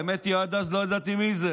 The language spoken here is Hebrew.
האמת היא, עד אז לא ידעתי מי זה.